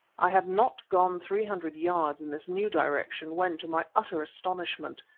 i had not gone three hundred yards in this new direction when, to my utter astonishment,